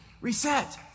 reset